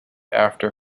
after